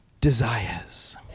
Desires